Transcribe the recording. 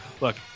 Look